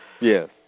Yes